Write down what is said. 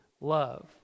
love